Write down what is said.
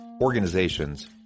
organizations